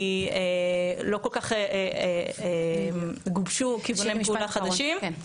לא כל כך גובשו כיווני פעולה חדשים.